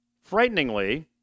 Frighteningly